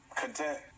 content